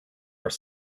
are